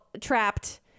trapped